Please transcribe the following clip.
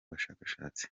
bashakashatsi